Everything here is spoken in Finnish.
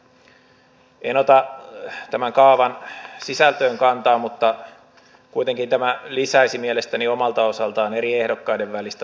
en ota tämän kaavan sisältöön kantaa mutta kuitenkin tämä lisäisi mielestäni omalta osaltaan eri ehdokkaiden välistä tasapuolisuutta